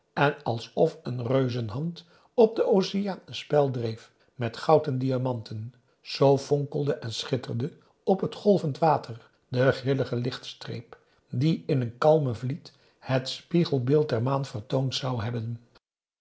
en alsof een reuzenhand op den oceaan een spel dreef met goud en diamanten zoo fonkelde en schitterde op het golvend p a daum hoe hij raad van indië werd onder ps maurits water de grillige lichtstreep die in een kalme vliet het spiegelbeeld der maan vertoond zou hebben